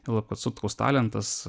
juolab kad sutkaus talentas